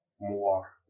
more